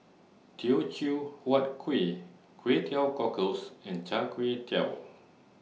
Teochew Huat Kuih Kway Teow Cockles and Char Kway Teow